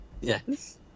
Yes